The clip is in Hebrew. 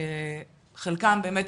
חלקם באמת,